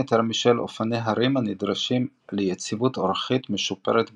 יותר משל אופני הרים הנדרשים ליציבות אורכית משופרת בירידות.